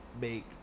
make